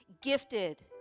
gifted